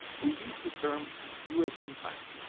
we use the term us empire.